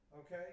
Okay